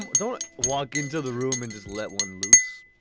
don't walk into the room and just let one loose.